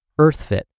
EarthFit